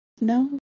No